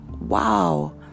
wow